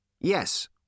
Yes